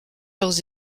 leurs